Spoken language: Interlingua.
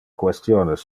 questiones